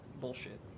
bullshit